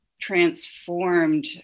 transformed